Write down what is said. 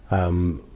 um,